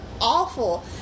awful